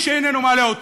איש איננו מעלה אותה.